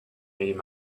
made